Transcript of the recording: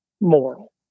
moral